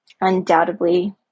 undoubtedly